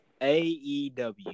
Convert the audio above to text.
AEW